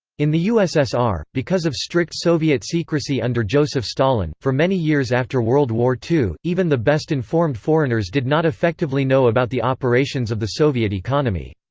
in the ussr, because of strict soviet secrecy under joseph stalin, for many years after world war ii, even the best informed foreigners did not effectively know about the operations of the soviet economy.